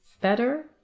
better